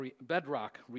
bedrock